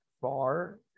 far